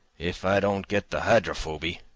if i don't get the hydrophoby